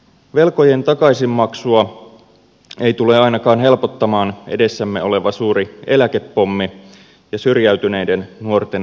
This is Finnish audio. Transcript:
velkojen takaisinmaksua ei tule ainakaan helpottamaan edessämme oleva suuri eläkepommi ja syrjäytyneiden nuorten armeija